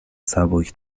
سبک